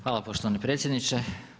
Hvala poštovani predsjedniče.